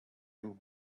him